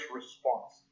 response